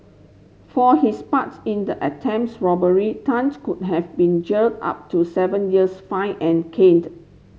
for his parts in the attempts robbery Tan's could have been jailed up to seven years fined and caned